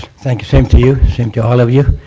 thank you. same to you. same to all of you.